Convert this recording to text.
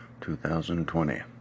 2020